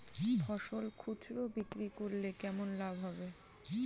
ফসল খুচরো বিক্রি করলে কেমন লাভ হবে?